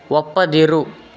ಒಪ್ಪದಿರು